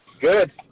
Good